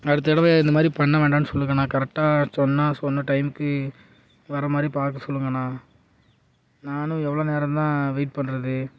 அடுத்த தடவை இந்த மாதிரி பண்ண வேண்டான்னு சொல்லுங்கண்ணா கரெக்டாக சொன்னால் சொன்ன டைம்க்கு வர மாதிரி பார்க்க சொல்லுங்கண்ணா நானும் எவ்வளோ நேரந்தான் வெயிட் பண்ணுறது